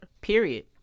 period